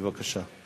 בבקשה.